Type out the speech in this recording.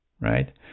right